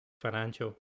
financial